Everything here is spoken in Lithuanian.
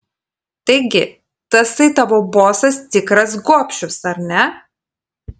taigi tasai tavo bosas tikras gobšius ar ne